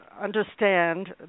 understand